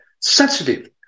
sensitive